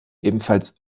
ebenfalls